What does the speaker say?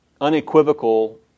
unequivocal